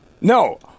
No